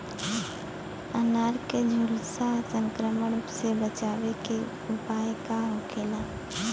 अनार के झुलसा संक्रमण से बचावे के उपाय का होखेला?